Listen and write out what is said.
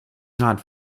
not